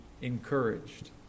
encouraged